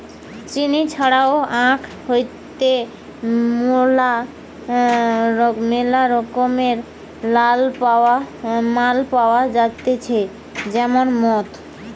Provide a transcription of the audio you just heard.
চিনি ছাড়াও আখ হইতে মেলা রকমকার মাল পাওয়া যাইতেছে যেমন মদ